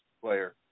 player